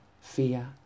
fear